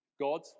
God